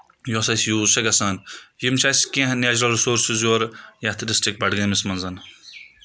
یۄس اَسہِ یوٗز چھِ گژھان یِم چھِ اَسہِ کینٛہہ نیچرل رِسورسٕز یورٕ یتھ ڈسٹرک بڈگٲمِس منٛز